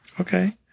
Okay